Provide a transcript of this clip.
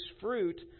fruit